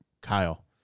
Kyle